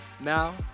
Now